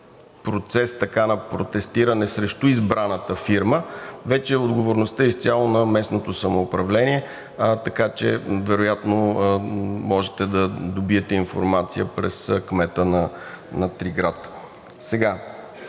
процес на протестиране срещу избраната фирма, вече отговорността е изцяло на местното самоуправление, така че вероятно можете да добиете информация през кмета на Триград.